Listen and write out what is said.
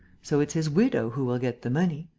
so it's his widow who will get the money.